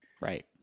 right